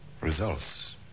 results